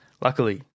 Luckily